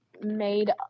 made